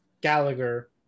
Gallagher